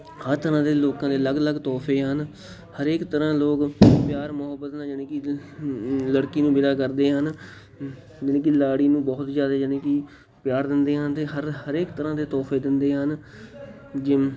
ਹਰ ਤਰ੍ਹਾਂ ਦੇ ਲੋਕਾਂ ਦੇ ਅਲੱਗ ਅਲੱਗ ਤੋਹਫੇ ਹਨ ਹਰੇਕ ਤਰ੍ਹਾਂ ਲੋਕ ਪਿਆਰ ਮੁਹੱਬਤ ਨਾਲ ਜਾਣੀ ਕਿ ਲੜਕੀ ਨੂੰ ਵਿਦਾ ਕਰਦੇ ਹਨ ਜਾਣੀ ਕਿ ਲਾੜੀ ਨੂੰ ਬਹੁਤ ਜ਼ਿਆਦਾ ਜਾਣੀ ਕਿ ਪਿਆਰ ਦਿੰਦੇ ਆ ਅਤੇ ਹਰ ਹਰੇਕ ਤਰ੍ਹਾਂ ਦੇ ਤੋਹਫੇ ਦਿੰਦੇ ਹਨ ਜਿਵ